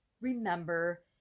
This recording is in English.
remember